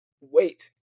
wait